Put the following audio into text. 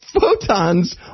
photons